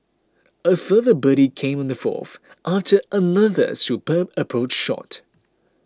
a further birdie came on the fourth after another superb approach shot